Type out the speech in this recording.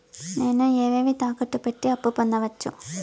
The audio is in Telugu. నేను ఏవేవి తాకట్టు పెట్టి అప్పు పొందవచ్చు?